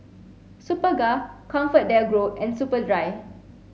Superga ComfortDelGro and Superdry